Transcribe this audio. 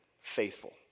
faithful